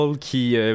qui